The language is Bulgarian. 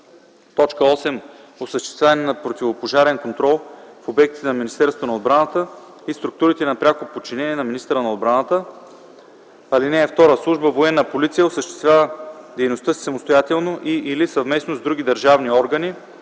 8. осъществяване на противопожарен контрол в обектите на Министерството на отбраната и структурите на пряко подчинение на министъра на отбраната. (2) Служба „Военна полиция” осъществява дейността си самостоятелно и/или съвместно с други държавни органи,